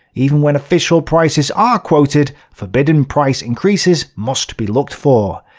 even when official prices are quoted, forbidden price increases must be looked for,